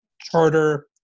charter